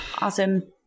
Awesome